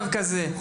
ואז,